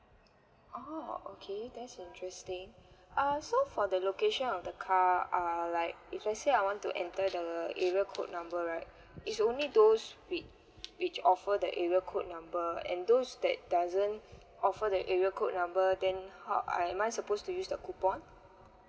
oh okay that's interesting uh so for the location of the car err like if let's say I want to enter the area code number right it's only those whi~ which offer the area code number and those that doesn't offer the area code number then how am I supposed to use the coupon